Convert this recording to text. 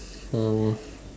um